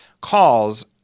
Calls